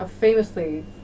famously